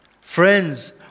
Friends